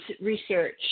research